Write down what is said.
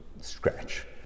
scratch